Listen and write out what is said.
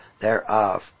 thereof